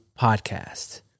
Podcast